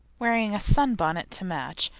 wearing a sunbonnet to match,